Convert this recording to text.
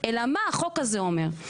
אלא מה החוק הזה אומר.